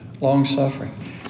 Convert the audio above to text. Long-suffering